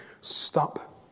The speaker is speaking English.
Stop